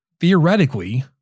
theoretically